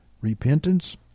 repentance